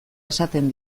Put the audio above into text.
esaten